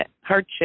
hardship